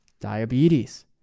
diabetes